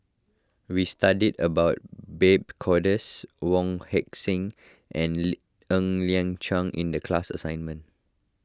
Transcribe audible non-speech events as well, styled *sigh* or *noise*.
we studied about Babes Conde Wong Heck Sing and *noise* Ng Liang Chiang in the class assignment